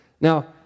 Now